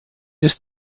just